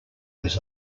was